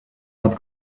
not